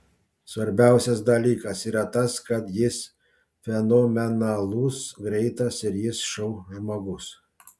svarbiausias dalykas yra tas kad jis fenomenalus greitas ir jis šou žmogus